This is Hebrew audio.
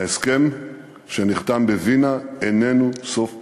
ההסכם שנחתם בווינה איננו סוף פסוק.